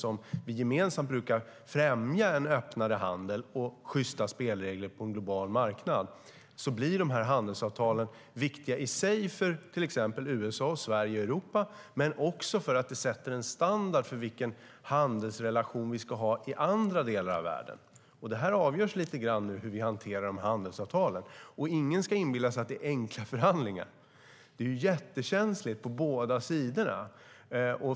Vi brukar gemensamt främja en öppnare handel och sjysta spelregler på en global marknad. Då blir dessa handelsavtal viktiga i sig för till exempel USA, Sverige och Europa. Men de blir också viktiga för att de sätter en standard för vilken handelsrelation som vi ska ha i andra delar av världen. Detta avgörs nu lite grann av hur vi hanterar dessa handelsavtal. Ingen ska inbilla sig att det är enkla förhandlingar. Det är jättekänsligt på båda sidor.